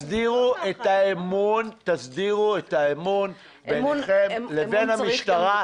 ותסדירו את האמון ביניכם לבין המשטרה.